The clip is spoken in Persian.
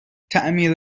تعمیر